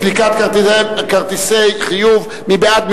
סליקת כרטיסי חיוב) מי בעד?